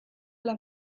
las